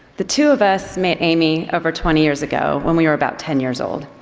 the two of us met amy over twenty years ago when we were about ten years old.